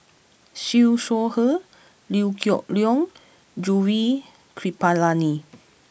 Siew Shaw Her Liew Geok Leong Gaurav Kripalani